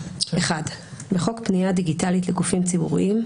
(1)בחוק פנייה דיגיטלית לגופים ציבוריים,